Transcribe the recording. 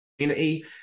community